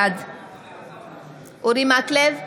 בעד אורי מקלב,